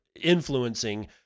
influencing